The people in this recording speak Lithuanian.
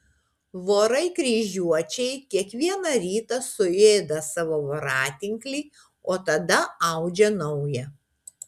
vorai kryžiuočiai kiekvieną rytą suėda savo voratinklį o tada audžia naują